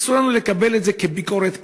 אסור לנו לקבל את זה כביקורת כללית.